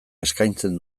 eskaintzen